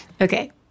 Okay